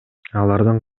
алардын